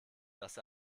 dass